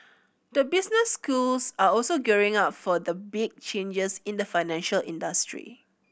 the business schools are also gearing up for the big changes in the financial industry